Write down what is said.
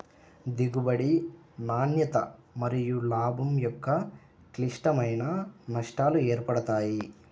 దిగుబడి, నాణ్యత మరియులాభం యొక్క క్లిష్టమైన నష్టాలు ఏర్పడతాయి